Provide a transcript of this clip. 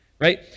right